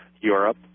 Europe